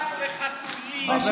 רק בשטויות את מתעסקת, שגם